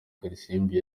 kalisimbi